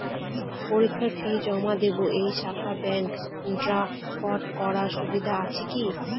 পরীক্ষার ফি জমা দিব এই শাখায় ব্যাংক ড্রাফট করার সুবিধা আছে কি?